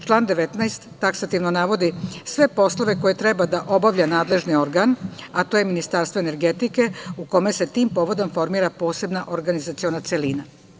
Član 19. taksativno navodi sve poslove koje treba da obavlja nadležni organ, a to je Ministarstvo energetike u kome se tim povodom formira posebna organizaciona celina.